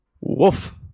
Woof